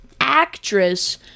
actress